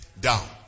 Down